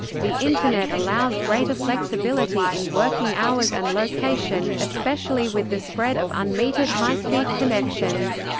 the internet allows greater flexibility in working hours and location, especially with the spread of unmetered high-speed connections.